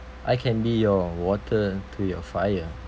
I can be your water to your fire